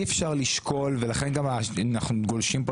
בעיניי כרגע אי אפשר לשקול - ולכן אנחנו גם גולשים כאן